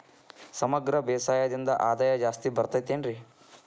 ಸಮಗ್ರ ಬೇಸಾಯದಿಂದ ಆದಾಯ ಜಾಸ್ತಿ ಬರತೈತೇನ್ರಿ?